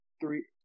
three